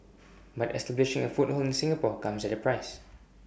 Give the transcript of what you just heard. but establishing A foothold in Singapore comes at A price